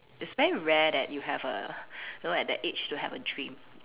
it's very rare that you have a know at that age to have a dream